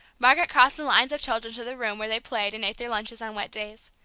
margaret crossed the lines of children to the room where they played and ate their lunches on wet days.